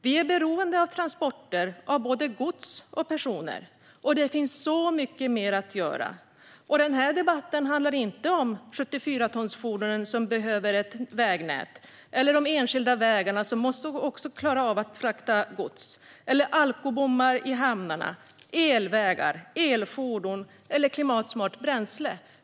Vi är beroende av transporter av både gods och personer. Det finns mycket mer att göra. Denna debatt handlar inte om 74-tonsfordon, som behöver ett vägnät, eller om enskilda vägar, som också måste klara av frakt av gods. Den handlar heller inte om alkobommar i hamnarna, elvägar, elfordon eller klimatsmart bränsle.